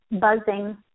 buzzing